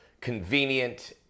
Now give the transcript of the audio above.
convenient